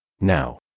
Now